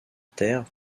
terre